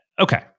Okay